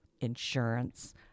Insurance